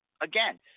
again